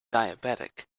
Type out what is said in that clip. diabetic